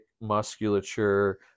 musculature